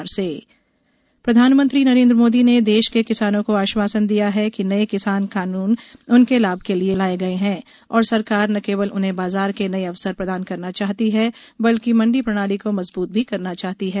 PM कृषि कानून प्रधानमंत्री नरेंद्र मोदी ने देश के किसानों को आश्वासन दिया कि नए किसान कानून उनके लाभ के लिए लाए गए हैं और सरकार न केवल उन्हें बाजार के नए अवसर प्रदान करना चाहती है बल्कि मंडी प्रणाली को मजबूत भी करना चाहती है